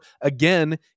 again